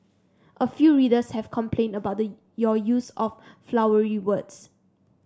a few readers have complained about the your use of 'flowery' words